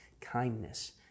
kindness